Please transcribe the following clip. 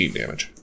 damage